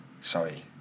Sorry